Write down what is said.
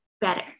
better